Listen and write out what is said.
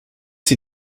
sie